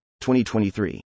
2023